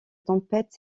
tempête